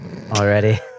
already